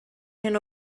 hyn